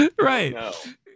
Right